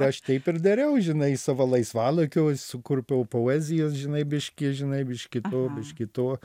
aš taip ir dariau žinai savo laisvalaikiu sukurpiau poezijos žinai biškį žinai biškį to biškį to